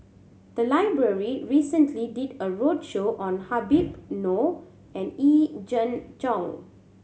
the library recently did a roadshow on Habib Noh and Yee Jenn Jong